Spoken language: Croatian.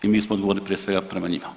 I mi smo odgovorni prije svega prema njima.